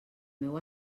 meu